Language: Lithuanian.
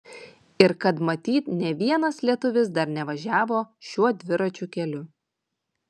ir kad matyt nė vienas lietuvis dar nevažiavo šiuo dviračių keliu